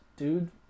dude